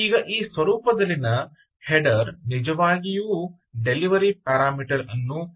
ಈಗ ಈ ಸ್ವರೂಪದಲ್ಲಿನ ಹೆಡರ್ ನಿಜವಾಗಿಯೂ ಡೆಲಿವರಿ ಪ್ಯಾರಾಮೀಟರ್ ವನ್ನು ರವಾನಿಸುತ್ತದೆ